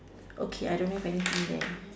okay I don't have anything there